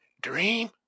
dream